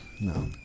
no